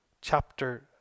chapter